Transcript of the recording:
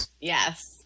Yes